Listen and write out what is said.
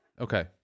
okay